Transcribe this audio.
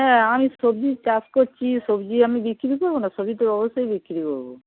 হ্যাঁ আমি সবজির চাষ করছি সবজি আমি বিক্রি করবো না সবজি তো অবশ্যই বিক্রি করবো